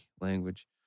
language